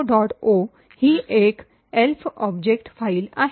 ओ ही एक ELF object file आहे